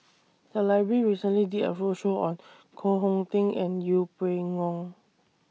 The Library recently did A roadshow on Koh Hong Teng and Yeng Pway Ngon